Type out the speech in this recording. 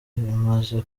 imaze